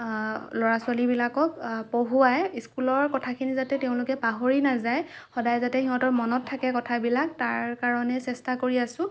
ল'ৰা ছোৱালীবিলাকক পঢ়ুৱাই স্কুলৰ কথাখিনি যাতে তেওঁলোকে পাহৰি নাযায় সদায় যাতে সিহঁতৰ মনত থাকে কথাবিলাক তাৰ কাৰণে চেষ্টা কৰি আছোঁ